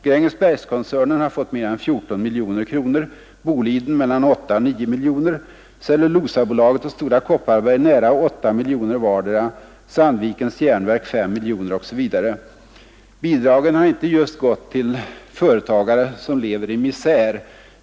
Grängesbergskoncernen har fått mer än 14 miljoner kronor, Boliden mellan 8 och 9 miljoner, Cellulosabolaget och Stora Kopparberg nära 8 miljoner vardera, Sandvikens Jernverk S miljoner osv. Bidragen har inte just gått till företagare som lever i misär.